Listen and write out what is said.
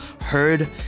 heard